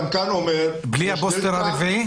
בלי הבוסטר הרביעי?